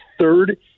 third